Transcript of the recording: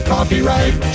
Copyright